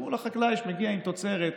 ובין החקלאי שמגיע עם תוצרת,